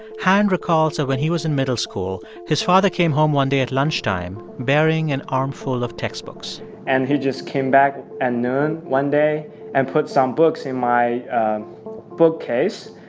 han recalls that when he was in middle school, his father came home one day at lunchtime bearing an armful of textbooks and he just came back at and noon one day and put some books in my bookcase.